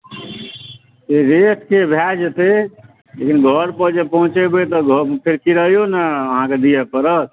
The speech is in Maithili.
रेटके भऽ जेतै लेकिन घरपर जे पहुँचेबै तऽ घरपर तऽ फेर किरायो ने अहाँके दिअ पड़त